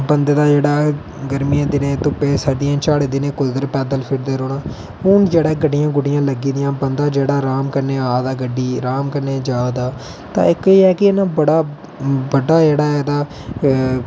बंदे दा जेहडा ऐ गर्मियें दे दिनें च धुप्पै च सर्दिये च कुद्धऱ पैदल फिरदे रौंहना हून जेहडा ऐ गड्डियां गुड्डिया़ा लग्गी दियां बंदा जेहडा आराम कन्नै आंदा गड्डी च आराम कन्नै जारदा तां इक एह् है कि ना बड़ा बड्डा जेहड़ा ऐ एहदा